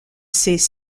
ses